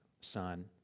son